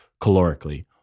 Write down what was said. calorically